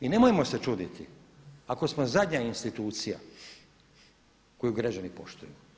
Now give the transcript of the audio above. I nemojmo se čuditi ako smo zadnja institucija koju građani poštuju.